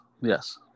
yes